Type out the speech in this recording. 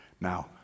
now